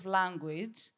language